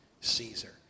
Caesar